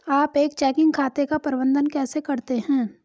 आप एक चेकिंग खाते का प्रबंधन कैसे करते हैं?